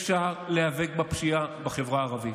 אפשר להיאבק בפשיעה בחברה הערבית.